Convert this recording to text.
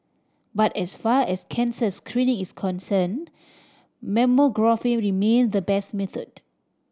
but as far as cancer screening is concerned mammography remain the best method